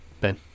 Ben